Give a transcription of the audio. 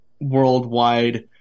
worldwide